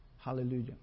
Hallelujah